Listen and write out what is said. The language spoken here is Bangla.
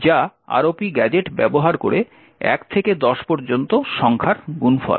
যা ROP গ্যাজেট ব্যবহার করে 1 থেকে 10 পর্যন্ত সংখ্যার গুণফল